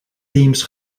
teams